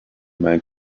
man